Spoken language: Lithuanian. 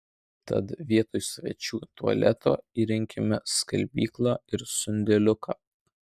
tad vietoj svečių tualeto įrengėme skalbyklą ir sandėliuką